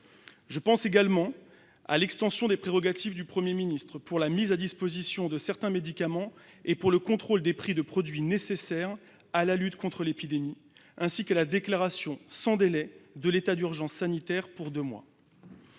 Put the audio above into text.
Je pense également à l'extension des prérogatives du Premier ministre pour la mise à disposition de certains médicaments et le contrôle des prix des produits nécessaires à la lutte contre l'épidémie, ainsi qu'à la déclaration de l'état d'urgence sanitaire sans délai